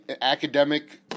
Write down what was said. academic